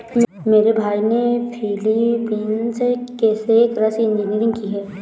मेरे भाई ने फिलीपींस से कृषि इंजीनियरिंग की है